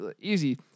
easy